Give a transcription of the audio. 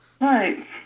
Right